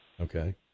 Okay